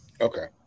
Okay